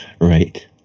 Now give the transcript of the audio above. Right